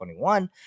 2021